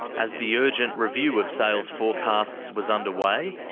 as the urgent review of sales forecasts was underway,